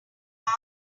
can